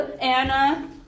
Anna